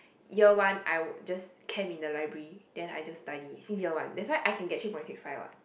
year one I'll just camp in the library then I just study since year one that's why I can get three point six five what